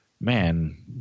man